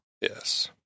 yes